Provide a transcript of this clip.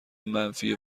منفی